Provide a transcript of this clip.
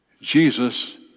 Jesus